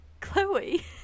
Chloe